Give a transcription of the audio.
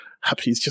happy